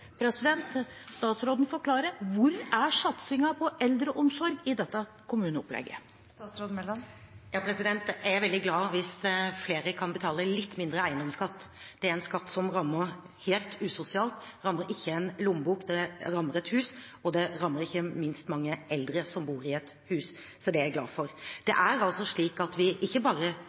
statsråden forklare: Hvor er satsingen på eldreomsorg i dette kommuneopplegget? Jeg er veldig glad hvis flere kan betale litt mindre eiendomsskatt. Det er en skatt som rammer helt usosialt – det rammer ikke en lommebok, det rammer et hus, og det rammer ikke minst mange eldre som bor i et hus. Så det er jeg glad for.